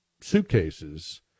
suitcases